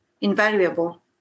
invaluable